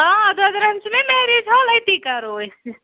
آ ادٕ أمۍ چھُ نَہ میریج حال اتی کَرو أسہِ